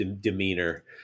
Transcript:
demeanor